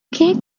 okay